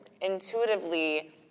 intuitively